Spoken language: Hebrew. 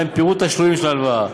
ובהם פירוט תשלומים של ההלוואה,